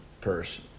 purse